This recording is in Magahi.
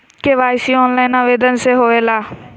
के.वाई.सी ऑनलाइन आवेदन से होवे ला?